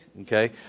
okay